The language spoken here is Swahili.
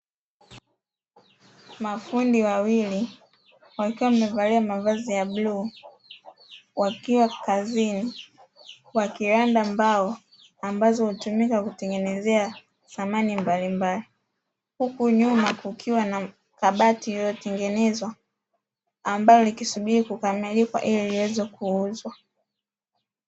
Mafundi wawili wakiwa wamevalia mavazi ya bluu, wakiwa kazini wakiranda mbao ambazo hutumika kutengenezea samani mbalimbali. huku nyuma kukiwa na kabati lililotengenezwa ambalo likisubiri kukamilika ili liweze kuuzwa.